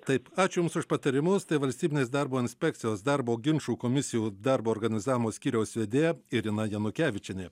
taip aš jums už patarimus tai valstybinės darbo inspekcijos darbo ginčų komisijų darbo organizavimo skyriaus vedėja irina janukevičienė